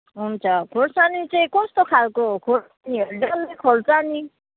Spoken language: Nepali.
हुन्छ खोर्सानी चाहिँ कस्तो खालको खोर्सानीहरू डल्ले खोर्सानी